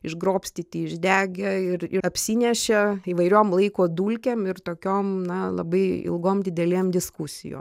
išgrobstyti išdegę ir apsinešė įvairiom laiko dulkėm ir tokiom na labai ilgom didelėm diskusijom